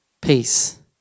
peace